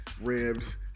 Ribs